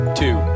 two